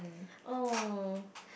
oh